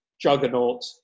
Juggernaut